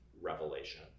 revelation